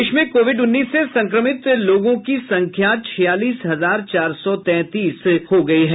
देश में कोविड उन्नीस से संक्रमित लोगों की संख्या छियालीस हजार चार सौ तैंतीस हो गई है